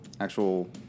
actual